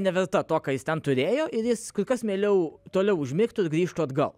neverta to ką jis ten turėjo ir jis kur kas mieliau toliau užmigtų ir grįžtų atgal